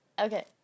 Okay